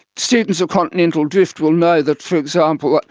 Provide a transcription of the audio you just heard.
students of continental drift will know that, for example,